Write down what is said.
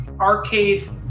arcade